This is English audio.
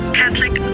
catholic